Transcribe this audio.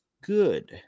good